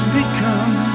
become